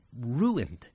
ruined